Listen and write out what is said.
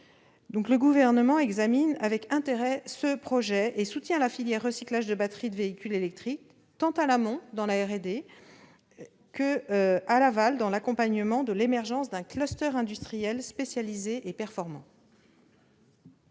Le Gouvernement examine avec intérêt ce projet et soutient la filière de recyclage des batteries de véhicules électriques, tant en amont, dans la R&D, qu'en aval, dans l'accompagnement de l'émergence d'un industriel spécialisé et performant.